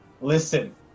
listen